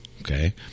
Okay